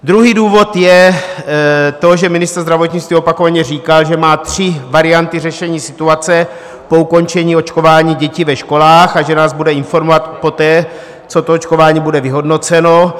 Druhý důvod je to, že ministr zdravotnictví opakovaně říká, že má tři varianty řešení situace po ukončení očkování dětí ve školách a že nás bude informovat poté, co to očkování bude vyhodnoceno.